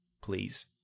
Please